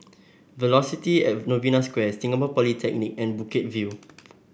Velocity At Novena Square Singapore Polytechnic and Bukit View